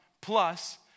plus